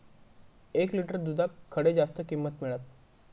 एक लिटर दूधाक खडे जास्त किंमत मिळात?